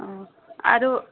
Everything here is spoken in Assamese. অঁ আৰু আৰু